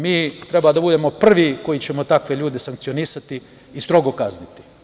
Mi treba da budemo prvi koji ćemo takve ljude sankcionisati i strogo kazniti.